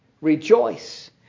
rejoice